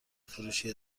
فروشی